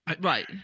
right